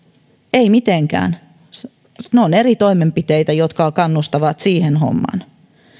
ei mitenkään ne ovat eri toimenpiteitä jotka kannustavat siihen hommaan